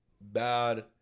bad